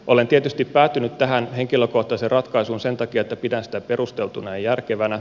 olen tietysti päätynyt tähän henkilökohtaiseen ratkaisuun sen takia että pidän sitä perusteltuna ja järkevänä